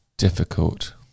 difficult